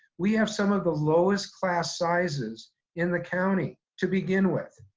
we have some of the lowest class sizes in the county to begin with.